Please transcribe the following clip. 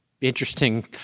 interesting